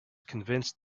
convinced